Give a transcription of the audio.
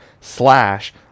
slash